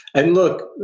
and look,